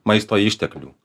maisto išteklių